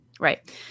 Right